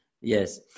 Yes